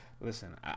Listen